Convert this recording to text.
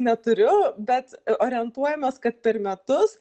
neturiu bet orientuojamės kad per metus